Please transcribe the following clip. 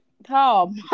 Tom